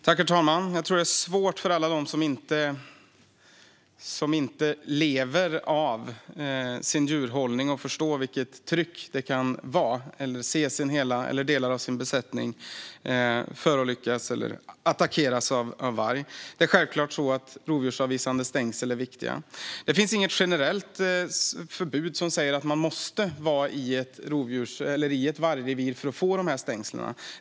Herr talman! Jag tror att det är svårt för alla dem som inte lever av djurhållning att förstå vilket tryck det kan vara och hur det är att se delar av sin besättning förolyckas eller attackeras av varg. Det är självklart så att rovdjursavvisande stängsel är viktiga. Det finns inget generellt förbud som säger att man måste vara i ett vargrevir för att få de här stängslen.